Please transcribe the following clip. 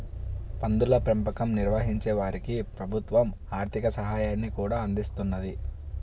పందుల పెంపకం నిర్వహించే వారికి ప్రభుత్వం ఆర్ధిక సాయాన్ని కూడా అందిస్తున్నది